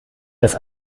das